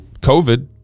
COVID